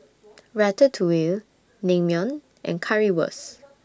Ratatouille Naengmyeon and Currywurst